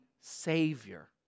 Savior